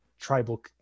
tribal